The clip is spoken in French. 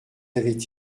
avait